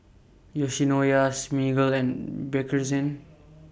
Yoshinoya Smiggle and Bakerzin